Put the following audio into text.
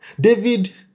David